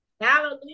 Hallelujah